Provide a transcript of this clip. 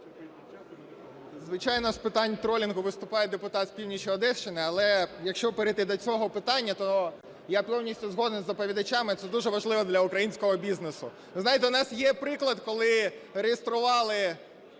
Звичайно, з питань тролінгу виступає депутат з півночі Одещини, але, якщо перейти до цього питання, то я повністю згоден з доповідачами, це дуже важливо для українського бізнесу. Ви знаєте, у нас є приклад, коли реєстрували